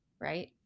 right